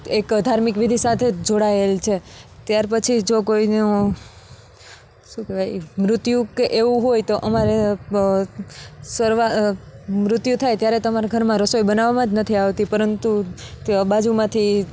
એક ધાર્મિક વિધિ સાથે જ જોડાયેલ છે ત્યારપછી જો કોઈનું શું કહેવાય મૃત્યુ કે એવું હોય તો અમારે સરવા મૃત્યુ થાય ત્યારે તો અમારા ઘરમાં રસોઈ બનાવવામાં જ નથી આવતી પરંતુ ત્યાં બાજુમાંથી